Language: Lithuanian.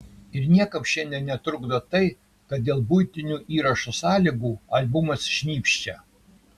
ir niekam šiandien netrukdo tai kad dėl buitinių įrašo sąlygų albumas šnypščia